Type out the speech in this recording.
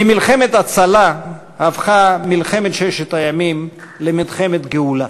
ממלחמת הצלה הפכה מלחמת ששת הימים למלחמת גאולה.